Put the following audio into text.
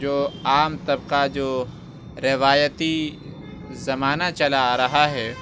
جو عام طبقہ جو روایتی زمانہ چلا آ رہا ہے